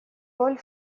роль